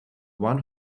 one